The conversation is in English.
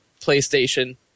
PlayStation